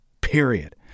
period